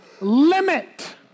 limit